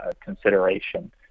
consideration